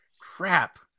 Crap